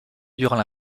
durant